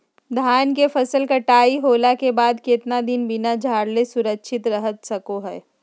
धान के फसल कटाई होला के बाद कितना दिन बिना झाड़ले सुरक्षित रहतई सको हय?